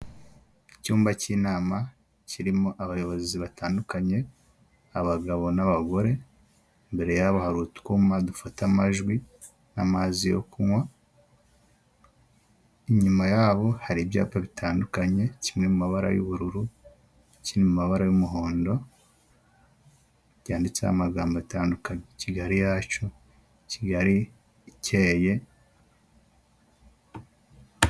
Icyumba cy'inama kirimo abayobozi batandukanye, abagabo, n'abagore, imbere yabo hari utwuma dufata amajwi, n'amazi yo kunywa, inyuma yabo hari ibyapa bitandukanye, kimwe mu mabara y'ubururu, ikindi mu mabara y'umuhondo, cyanditseho amagambo atandukanye, Kigali yacu, Kigali icyeye.